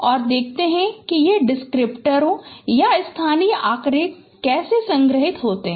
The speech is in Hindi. और देखते हैं कि ये डिस्क्रिप्टर या स्थानीय आँकड़े कैसे संग्रहित होते हैं